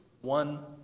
one